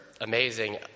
amazing